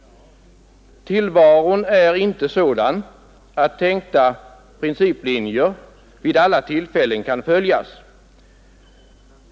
Tillvaron är inte sådan att tänkta principer vid alla tillfällen kan följas.